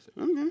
Okay